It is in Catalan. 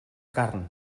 carn